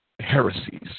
heresies